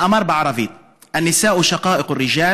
שאמר בערבית: (אומר בערבית: הנשים והגברים הם אחים.